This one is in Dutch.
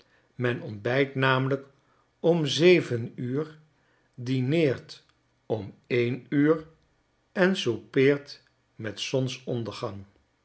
men ontbijt namelijk om zeven uur dineert om een uur en soupeert met zonsondergang